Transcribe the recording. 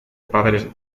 padres